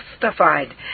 justified